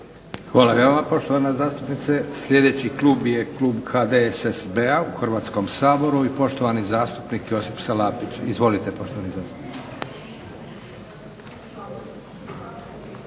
Hvala i vama poštovana zastupnice. Sljedeći klub je Klub HDSSB-a u Hrvatskom saboru i poštovani zastupnik Josip Salapić. **Salapić, Josip